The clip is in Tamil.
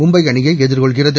மும்பை அணியை எதிர்கொள்கிறது